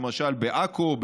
למשל בעכו,